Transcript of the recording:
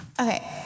Okay